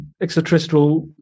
extraterrestrial